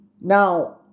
Now